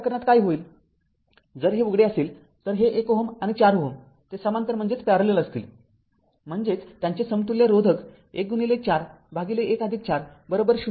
तर या प्रकरणात काय होईल जर हे उघडे असेल तर हे १Ω आणि ४Ω ते समांतर असतील म्हणजेचत्यांचे समतुल्य रोधक १४१४०